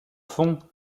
fond